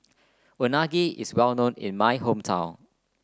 unagi is well known in my hometown